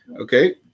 Okay